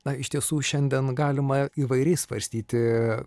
na iš tiesų šiandien galima įvairiai svarstyti